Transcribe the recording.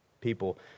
people